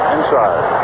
Inside